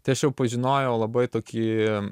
tai aš jau pažinojau labai tokį